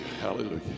hallelujah